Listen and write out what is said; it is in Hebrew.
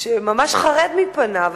שהוא ממש חרד מפניו.